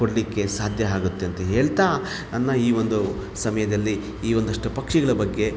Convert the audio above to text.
ಕೊಡಲಿಕ್ಕೆ ಸಾಧ್ಯ ಆಗುತ್ತೆ ಅಂತ ಹೇಳ್ತಾ ನನ್ನ ಈ ಒಂದು ಸಮಯದಲ್ಲಿ ಈ ಒಂದಷ್ಟು ಪಕ್ಷಿಗಳ ಬಗ್ಗೆ